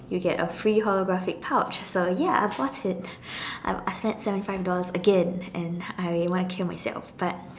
you get a free holographic pouch so ya I bought it I I spent seventy five dollars again and I want to kill myself but